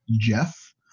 Jeff